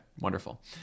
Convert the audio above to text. Wonderful